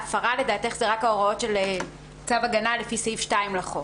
ההפרה לדעתך זה רק ההוראות של צו הגנה לפי סעיף 2 לחוק.